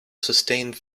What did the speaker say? sustained